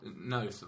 No